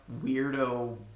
weirdo